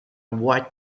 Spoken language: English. white